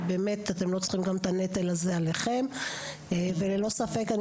כי באמת אתם לא צריכים גם את הנטל הזה עליכם וללא ספק אני